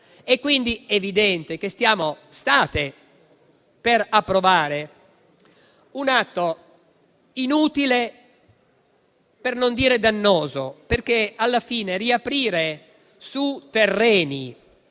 È quindi evidente che stiamo - anzi, state - per approvare un atto inutile, per non dire dannoso. Infatti, alla fine, riaprire su terreni